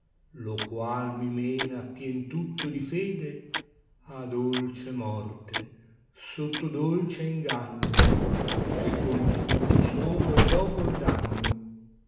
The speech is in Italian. lo qoal mi mena pien tutto di fede a dolce morte sotto dolce inganno che conosciuto solo è dopo il danno